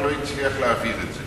ולא הצליח להעביר את זה.